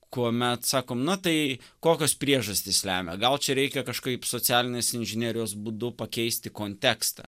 kuomet sakom na tai kokios priežastys lemia gal čia reikia kažkaip socialinės inžinerijos būdu pakeisti kontekstą